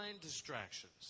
distractions